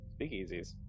Speakeasies